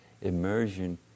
immersion